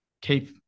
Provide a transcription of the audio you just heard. keep